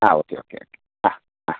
ആ okay okay okay ആ ആ